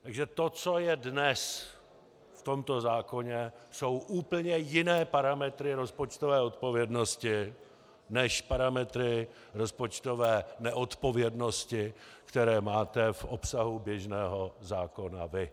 Takže to, co je dnes v tomto zákoně, jsou úplně jiné parametry rozpočtové odpovědnosti než parametry rozpočtové neodpovědnosti, které máte v obsahu běžného zákona vy.